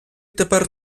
тепер